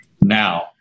now